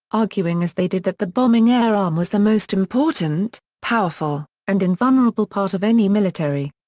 arguing as they did that the bombing air arm was the most important, powerful, and invulnerable part of any military.